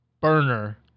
burner